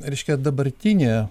reiškia dabartinė